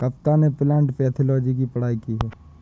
कविता ने plant pathology की पढ़ाई की है